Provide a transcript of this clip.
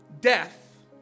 death